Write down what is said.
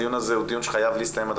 הדיון הזה הוא דיון שחייב להסתיים עד